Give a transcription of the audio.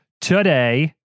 today